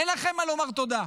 אין לכם מה לומר תודה,